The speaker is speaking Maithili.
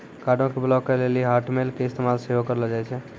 कार्डो के ब्लाक करे लेली हाटमेल के इस्तेमाल सेहो करलो जाय छै